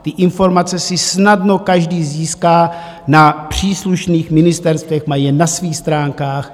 Ty informace si snadno každý získá na příslušných ministerstvech, mají je na svých stránkách.